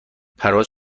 پرواز